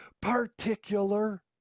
particular